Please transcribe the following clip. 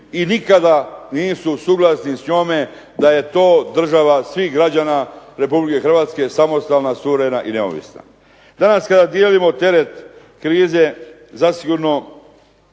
i nikada nisu suglasni s njome da je to država svih građana Republike Hrvatske, samostalna, suverena i neovisna. Danas kada dijelimo teret krize zasigurno